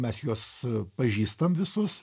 mes juos pažįstam visus